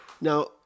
Now